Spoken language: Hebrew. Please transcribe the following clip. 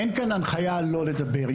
אין כאן הנחיה לא לדבר.